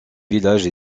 village